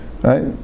right